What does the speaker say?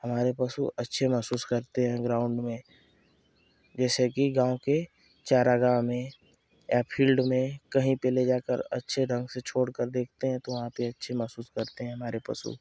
हमारे पशु अच्छे महसूस करते हैं ग्राउंड में जैसे कि गाँव के चारागाह में या फील्ड में कहीं पर ले जाकर अच्छे ढंग से छोड़ कर देखते हैं तो वहाँ पर अच्छे महसूस करते हैं हमारे पशु